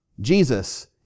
Jesus